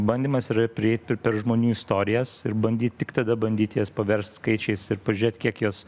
bandymas yra prieiti per žmonių istorijas ir bandyt tik tada bandyti jas paverst skaičiais ir pažiūrėt kiek jos